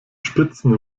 spitzen